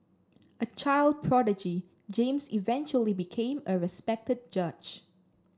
a child prodigy James eventually became a respected judge